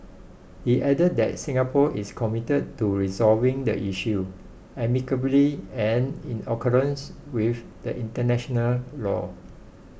he added that Singapore is committed to resolving the issue amicably and in accordance with the international law